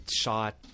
shot